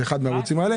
זה אחד מהערוצים האלה.